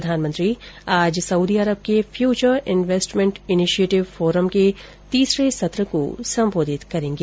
प्रधानमंत्री आज Saudi Arab के फ्यूचर इन्वेस्टमेंट इनिशिएटिव फोरम के तीसरे सत्र को सम्बोधित करेंगे